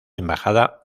embajada